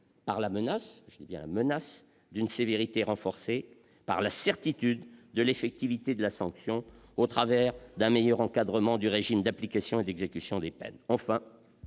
par la menace d'une sévérité renforcée, par la certitude de l'effectivité de la sanction au travers d'un meilleur encadrement du régime d'application et d'exécution des peines.